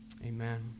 Amen